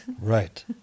Right